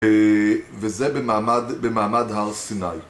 וזה במעמד.. במעמד הר סיני